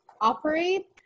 operate